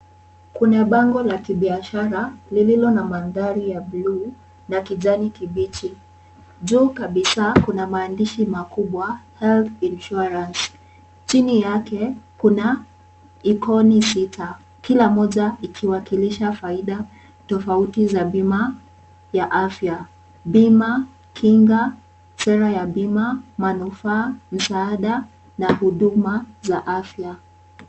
Kuna bango la kibiashara lililo na mandhari ya bluu na kijani kibichi. Juu kabisa kuna maandishi makubwa Health Insurance . Chini yake kuna ikoni sita kila moja ikiwakilisha faida tofauti za bima ya afya. Bima, kinga, sera ya bima, manufaa msaada na huduma za afya.